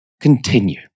continue